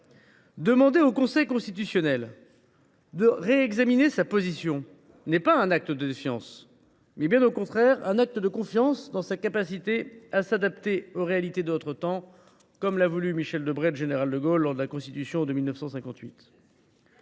Demander au Conseil constitutionnel de réexaminer sa position n’est pas un acte de défiance, mais, bien au contraire, un acte de confiance en sa capacité à s’adapter aux réalités de notre temps, comme l’ont voulu Michel Debré et le général de Gaulle en rédigeant la Constitution de 1958.